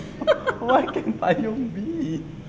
why can payung be